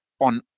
on